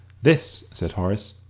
this, said horace,